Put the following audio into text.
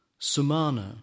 Sumana